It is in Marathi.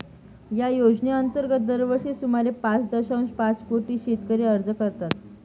या योजनेअंतर्गत दरवर्षी सुमारे पाच दशांश पाच कोटी शेतकरी अर्ज करतात